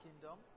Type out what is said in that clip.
kingdom